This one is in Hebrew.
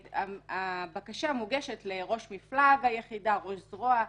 הבקשה מוגשת לראש מפלג היחידה, ראש זרוע.